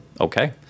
okay